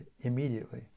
immediately